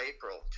April